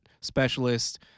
specialist